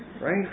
Right